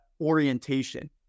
orientation